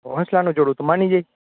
તો હંસલાનું જોડું તો માની જાય